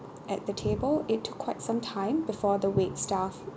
at the table it took quite some time before the wait staff